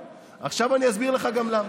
עכשיו אני אסביר לך גם למה.